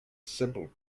simple